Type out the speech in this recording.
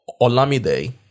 Olamide